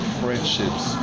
friendships